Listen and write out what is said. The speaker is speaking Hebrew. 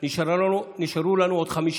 חברי הכנסת,